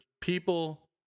people